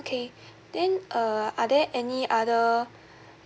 okay then uh are there any other